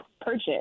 purchase